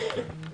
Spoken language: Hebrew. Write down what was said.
טוב.